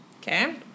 Okay